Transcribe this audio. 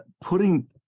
putting